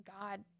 God